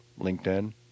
LinkedIn